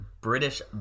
British